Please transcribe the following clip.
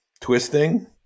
twisting